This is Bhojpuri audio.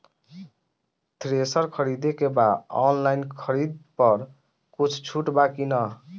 थ्रेसर खरीदे के बा ऑनलाइन खरीद पर कुछ छूट बा कि न?